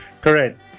Correct